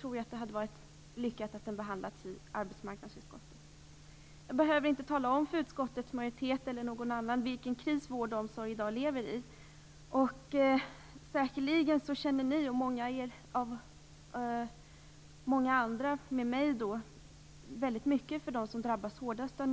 tror jag att det skulle ha varit lyckat om motionen hade behandlats just i arbetsmarknadsutskottet. Jag behöver inte tala om för utskottets majoritet eller för någon annan vilken kris vården och omsorgen i dag lever i. Säkerligen känner ni liksom jag, och många med mig, väldigt mycket för dem som drabbas hårdast av